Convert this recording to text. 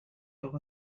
doch